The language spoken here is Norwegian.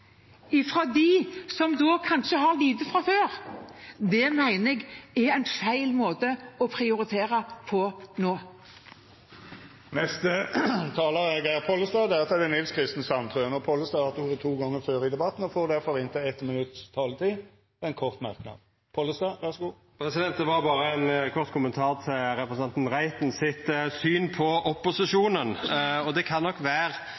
som kanskje har lite fra før, mener jeg er en feil måte å prioritere på nå. Representanten Geir Pollestad har hatt ordet to gonger tidlegare og får ordet til ein kort merknad, avgrensa til 1 minutt. Det var berre ein kort kommentar til representanten Reiten sitt syn på opposisjonen. Det kan nok